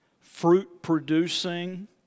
fruit-producing